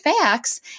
facts